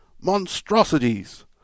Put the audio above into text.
monstrosities